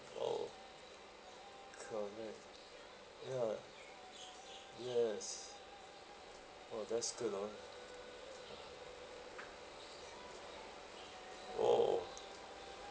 oh correct ya yes !wah! that's good oh !whoa!